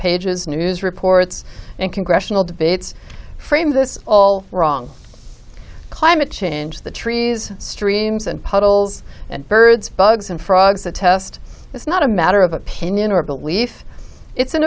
pages news reports and congressional debates framed this all wrong climate change the trees streams and puddles and birds bugs and frogs the test is not a matter of opinion or belief it's an